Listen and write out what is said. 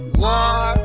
war